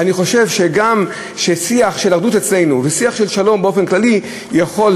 אני חושב ששיח של אחדות אצלנו ושיח של שלום באופן כללי ופעילות